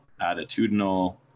attitudinal